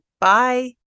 Bye